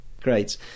Great